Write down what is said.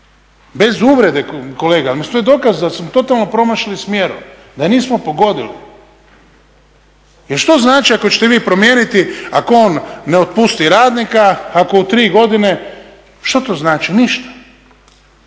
Bez uvrede kolega, ali mislim to je dokaz da smo totalno promašili smjerove, da ih nismo pogodili. Jer što znači ako ćete vi promijeniti, ako on ne otpusti radnika, ako u tri godine, što to znači, ništa,